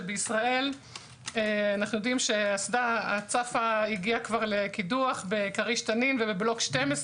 שבישראל אנו יודעים שאסדה הצפה הגיעה כבר לקידוח בכריש תנין ובבלוק 12,